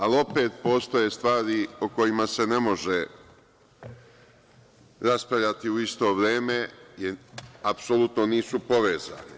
Ali, opet postoje stvari o kojima se ne može raspravljati u isto vreme, jer apsolutno nisu povezane.